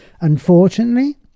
Unfortunately